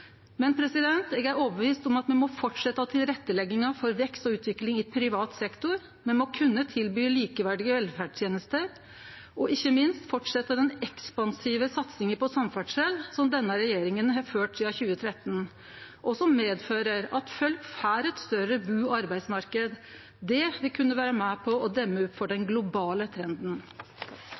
Eg er overbevist om at me må fortsetje å leggje til rette for vekst og utvikling i privat sektor. Me må kunne tilby likeverdige velferdstenester – og ikkje minst fortsetje den ekspansive satsinga på samferdsel, som denne regjeringa har ført sidan 2013, og som medfører at folk får ein større bu- og arbeidsmarknad. Det vil kunne vere med på demme opp for den globale trenden.